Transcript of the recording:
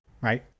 Right